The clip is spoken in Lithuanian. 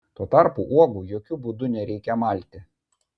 tuo tarpu uogų jokiu būdu nereikia malti